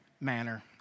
manner